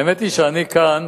האמת היא שאני כאן,